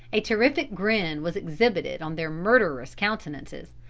a terrific grin was exhibited on their murderous countenances,